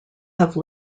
have